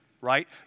right